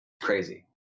crazy